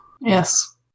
Yes